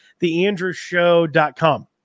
theandrewshow.com